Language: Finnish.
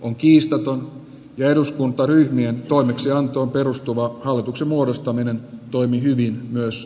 on kiistaton ja eduskuntaryhmien toimeksiantoon perustuva hallituksen muodostaminen toimi hyvin myös